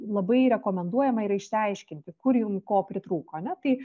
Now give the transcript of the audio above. labai rekomenduojama yra išsiaiškinti kur jum ko pritrūko ane tai